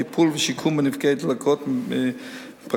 טיפול ושיקום בנפגעי דלקות פרקים.